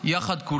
כולנו יחד.